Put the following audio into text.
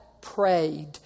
prayed